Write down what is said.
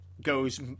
goes